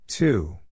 Two